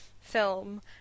film